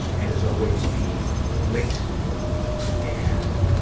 and, as always, the links and,